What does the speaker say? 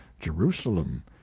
Jerusalem